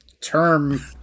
term